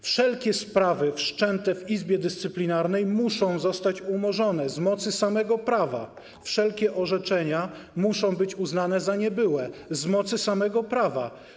Wszelkie sprawy wszczęte w Izbie Dyscyplinarnej muszą zostać umorzone z mocy prawa, wszelkie orzeczenia muszą być uznane za niebyłe z mocy prawa.